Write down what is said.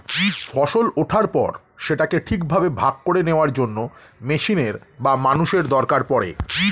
ফসল ওঠার পর সেটাকে ঠিকভাবে ভাগ করে নেওয়ার জন্য মেশিনের বা মানুষের দরকার পড়ে